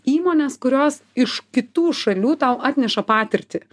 įmonės kurios iš kitų šalių tau atneša patirtį